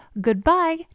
goodbye